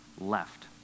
left